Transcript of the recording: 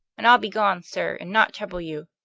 and i'll be gone, sir, and not trouble you.